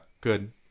good